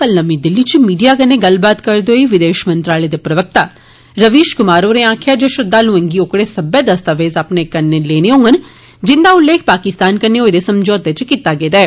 कल नमीं दिल्ली च मीडिया कन्नै गल्लबात करदे होई विदेश मंत्रालय दे प्रवक्ता रवीश कुमार होरें आखेआ जे श्रद्वालुएं गी ओकड़े सब्बै दस्तावेज अपने कन्नै लेने होडन जिंदा उल्लेख पाकिस्तान कन्नै होए दे समझौते च कीता गेदा ऐ